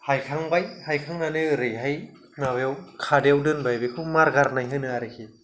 हायखांबाय हायखांनानै ओरैहाय माबायाव खादायाव दोनबाय बेखौ मार गारनाय होनो आरोखि